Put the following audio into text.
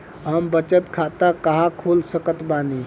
हम बचत खाता कहां खोल सकत बानी?